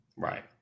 Right